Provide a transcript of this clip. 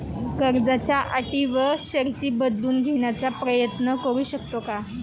कर्जाच्या अटी व शर्ती बदलून घेण्याचा प्रयत्न करू शकतो का?